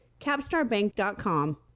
CapstarBank.com